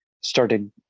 started